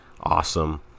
awesome